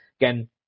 again